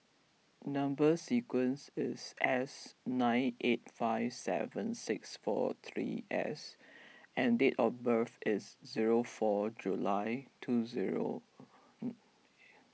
Number Sequence is S nine eight five seven six four three S and date of birth is zero four July two zero